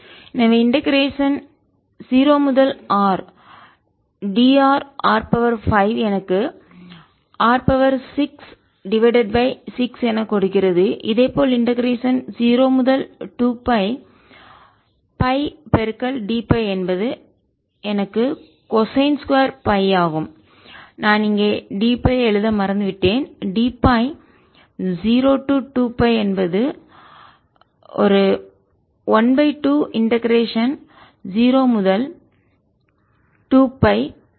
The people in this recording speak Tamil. πdmCr5sin3cosθcos2ϕdrdθdϕ MC0Rdr r50dθθ|cosθ|02πϕdϕ எனவே இண்டெகரேஷன் 0 முதல் R drr 5 எனக்கு R 6 டிவைடட் பை 6 என கொடுக்கிறது இதேபோல் இண்டெகரேஷன் 0 முதல் 2பை வரை Ф dФ என்பது எனக்கு கொசைன் 2 பை ஆகும் நான் இங்கே dФ ஐ எழுத மறந்துவிட்டேன் dФ 0 to 2 π என்பது 1 2 இண்டெகரேஷன் 0 முதல் 2 π வரை 1 மைனஸ் கொசைன் 2 Ф dФ